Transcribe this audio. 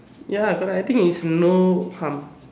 ya correct I think you should know some